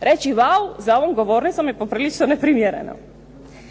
Reći vau za ovom govornicom je poprilično neprimjereno.